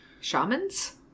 Shamans